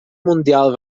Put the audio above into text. mundial